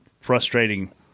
frustrating